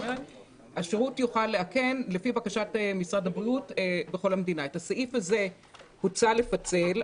את הסעיף הזה הוצע לפצל.